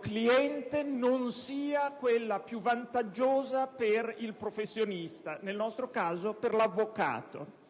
cliente non sia quella più vantaggiosa per il professionista, nel nostro caso per l'avvocato.